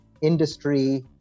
industry